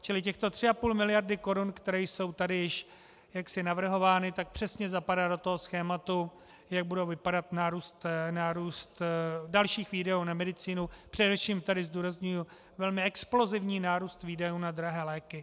Čili těchto 3,5 miliardy korun, které jsou tady již jaksi navrhovány, přesně zapadá do toho schématu, jak bude vypadat nárůst dalších výdajů na medicínu, především tady zdůrazňuji velmi explozivní nárůst výdajů na drahé léky.